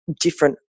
different